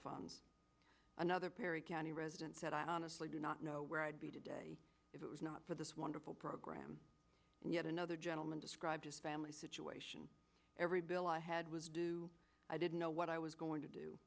funds another perry county resident said i honestly do not know where i'd be today if it was not for this wonderful program and yet another gentleman described as family situation every bill i had was due i didn't know what i was going to do